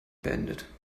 beendet